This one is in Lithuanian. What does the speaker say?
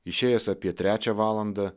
išėjęs apie trečią valandą